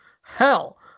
Hell